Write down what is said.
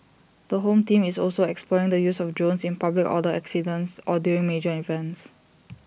the home team is also exploring the use of drones in public order incidents or during major events